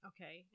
Okay